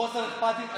חוסר אכפתיות,